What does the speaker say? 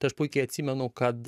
tai aš puikiai atsimenu kad